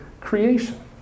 creation